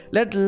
Let